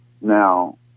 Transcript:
Now